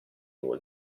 vuol